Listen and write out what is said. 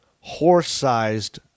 horse-sized